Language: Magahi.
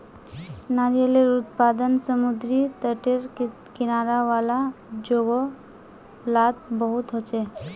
नारियालेर उत्पादन समुद्री तटेर किनारा वाला जोगो लात बहुत होचे